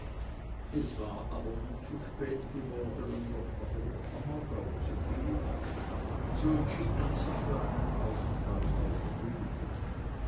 es war aber nun zu spät geworden um noch nach oberammergau zu gehen und so entschied man sich für einen aufenthalt auf rügen